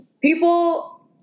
people